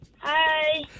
Hi